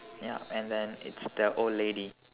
ya and then it's the old lady